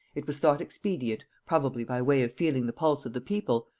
it was thought expedient, probably by way of feeling the pulse of the people,